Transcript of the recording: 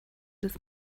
des